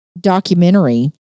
documentary